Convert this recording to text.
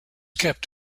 kept